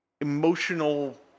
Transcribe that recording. emotional